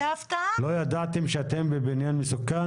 לא ידעתם שאתם בבניין מסוכן?